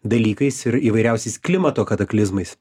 dalykais ir įvairiausiais klimato kataklizmais